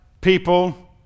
people